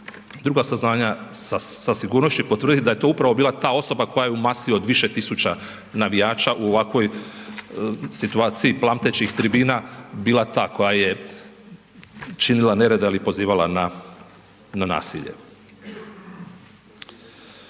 druga saznanja sa sigurnošću i potvrditi da je to upravo bila ta osoba koja je u masi od više tisuća navijača u ovakvoj situaciji plamtećih tribina bila ta koja je činila nered ili pozivala na nasilje.